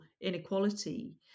inequality